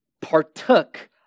partook